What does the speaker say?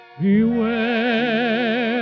beware